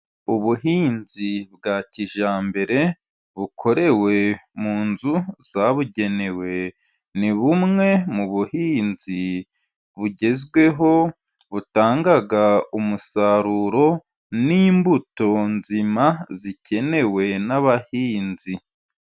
Ubuhinzi bwa kijyambere bukorewe mu nzu zabugenewe, ni bumwe mu buhinzi bugezweho butanga umusaruro n'imbuto nzima zikenewe n'abahinzi.